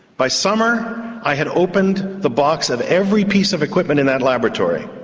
by summer i had opened the box of every piece of equipment in that laboratory.